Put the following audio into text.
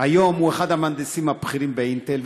והיום הוא אחד המהנדסים הבכירים ב"אינטל",